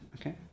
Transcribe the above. Okay